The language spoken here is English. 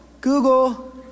Google